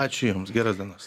ačiū jums geros dienos